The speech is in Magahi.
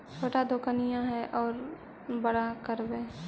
छोटा दोकनिया है ओरा बड़ा करवै?